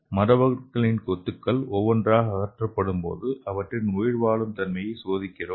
மரபணுக்களின் கொத்துகள் ஒவ்வொன்றாக அகற்றப்படும் போதும் அவற்றின் உயிர் வாழும் தன்மையை சோதிக்கிறோம்